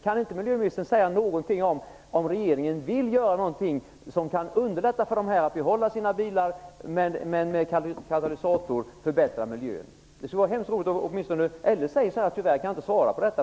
Kan inte miljöministern säga någonting om regeringen vill göra någonting som kan underlätta för dem att behålla sina bilar och med hjälp av katalysatorer förbättra miljön? Det skulle vara hemskt roligt om ministern kunde göra det. Annars kan hon säga att hon tyvärr inte kan svara på frågan.